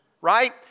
Right